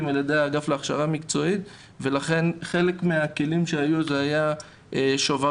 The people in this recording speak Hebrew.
על ידי האגף להכשרה מקצועית ולכן חלק מהכלים שהיו היו השוברים.